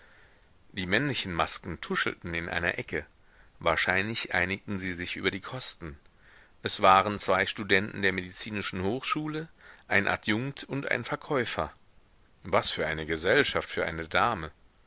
die männlichen masken tuschelten in einer ecke wahrscheinlich einigten sie sich über die kosten es waren zwei studenten der medizinischen hochschule ein adjunkt und ein verkäufer was für eine gesellschaft für eine dame